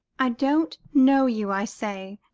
i don't know you, i say.